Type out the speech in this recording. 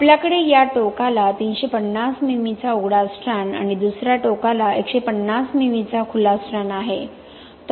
आपल्याकडे या टोकाला 350 मिमीचा उघडा स्ट्रँड आणि दुसऱ्या टोकाला 150 मिमीचा खुला स्ट्रँड आहे